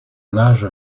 nage